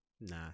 Nah